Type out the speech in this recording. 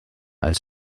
als